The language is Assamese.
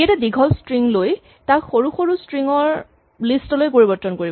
ই এটা দীঘল স্ট্ৰিং লৈ তাক সৰু সৰু স্ট্ৰিং ৰ লিষ্ট লৈ পৰিবৰ্তন কৰিব